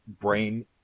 brain